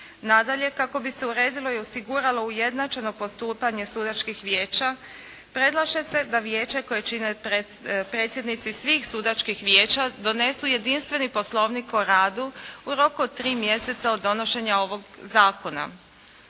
Nadalje, kako bi se uredilo i osiguralo ujednačeno postupanje sudačkih vijeća. Predlaže se da vijeće koje čine predsjednici svih sudačkih vijeća donesu jedinstveni poslovnik o radu, u roku od tri mjeseca od donošenja ovoga zakona.